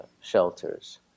shelters